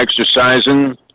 exercising